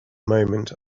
moment